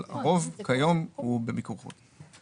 אבל הרוב כיום הוא במיקור חוץ.